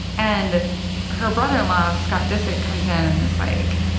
and her brother-in-law scott disick comes in and is, like,